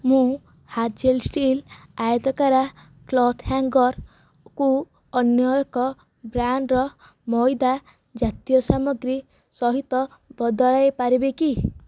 ମୁଁ hazel steel ଆୟତାକାର cloth hanger କୁ ଅନ୍ୟ ଏକ ବ୍ରାଣ୍ଡ୍ର ମଇଦା ଜାତୀୟ ସାମଗ୍ରୀ ସହିତ ବଦଳାଇ ପାରିବି କି